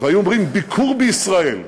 והיו אומרים: ביקור בישראל.